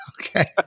Okay